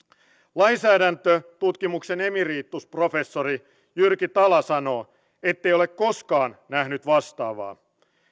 lainsäädäntötutkimuksen emeritusprofessori jyrki tala sanoo ettei ole koskaan nähnyt vastaavaa